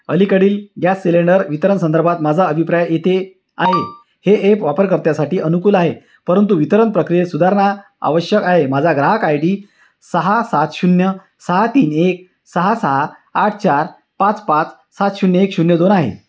अलीकडील gas cylinder वितरण संदर्भात माझा अभिप्राय येथे आहे हे एप वापरकर्त्यासाठी अनुकूल आहे परंतु वितरण प्रक्रियेत सुधारणा आवश्यक आहे माझा ग्राहक आय डी सहा सात शून्य सहा तीन एक सहा सहा आठ चार पाच पाच सात शून्य एक शून्य दोन आहे